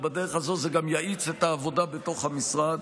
ובדרך הזאת זה גם יאיץ את העבודה בתוך המשרד.